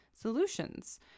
solutions